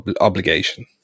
obligation